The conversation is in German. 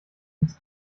ins